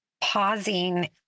pausing